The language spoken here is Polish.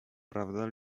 prawda